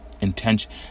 intention